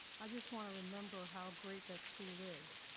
i just want to remember how great that school is.